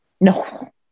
No